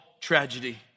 tragedy